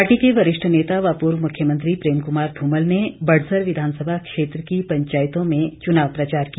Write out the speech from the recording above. party के वरिष्ठ नेता व पूर्व मुख्यमंत्री प्रेम कुमार धूमल ने बड़सर विधानसभा क्षेत्र की पंचायतों में चुनाव प्रचार किया